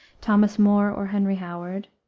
thomas more or henry howard,